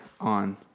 on